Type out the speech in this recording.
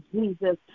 Jesus